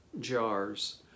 jars